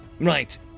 Right